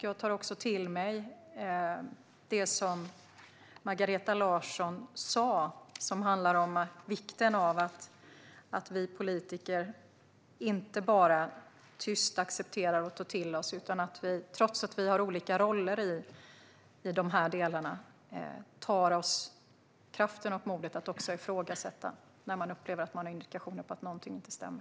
Jag tar också till mig det som Margareta Larsson sa som handlar om vikten av att vi politiker inte bara tyst accepterar och tar till oss utan att vi, trots att vi har olika roller i dessa delar, tar oss kraften och modet att ifrågasätta när vi upplever att det finns indikationer på att någonting inte stämmer.